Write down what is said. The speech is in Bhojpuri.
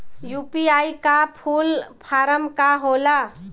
यू.पी.आई का फूल फारम का होला?